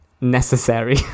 necessary